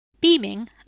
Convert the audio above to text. Beaming